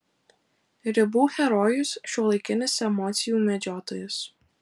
ribų herojus šiuolaikinis emocijų medžiotojas